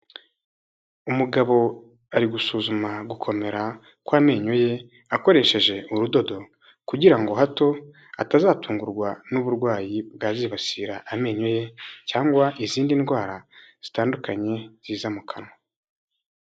Umugabo ari gusuzuma gukomera kw'amenyo ye akoresheje urudodo, kugira ngo hato atazatungurwa n'uburwayi bwazibasira amenyo ye, cyangwa se izindi ndwara zitandukanye ziza mu kanwa.